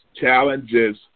challenges